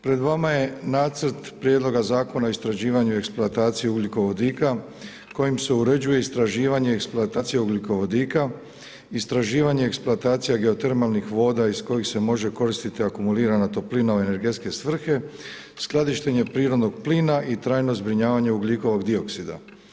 Pred vama je nacrt prijedloga Zakona o istraživanju i eksploataciji ugljikovodika kojim se uređuje istraživanje i eksploatacija ugljikovodika, istraživanje i eksploatacija geotermalnih voda iz kojih se može koristiti akumulirana toplina u energetske svrhe, skladištenje prirodnog plina i trajno zbrinjavanje ugljikovog dioksida.